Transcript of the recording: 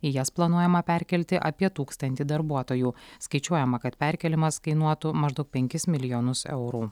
į jas planuojama perkelti apie tūkstantį darbuotojų skaičiuojama kad perkėlimas kainuotų maždaug penkis milijonus eurų